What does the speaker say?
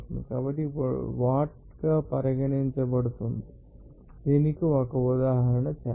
కాబట్టి ఇప్పుడు వాట్ గా పరిగణించబడుతున్నది దీనికి ఒక ఉదాహరణ చేద్దాం